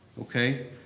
Okay